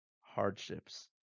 hardships